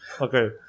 Okay